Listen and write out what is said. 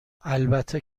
البته